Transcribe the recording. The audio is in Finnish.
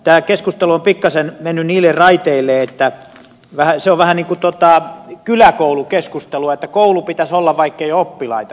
tämä keskustelu on pikkasen mennyt niille raiteille että se on vähän niin kuin kyläkoulukeskustelu että koulu pitäisi olla vaikkei ole oppilaitakaan